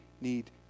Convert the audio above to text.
need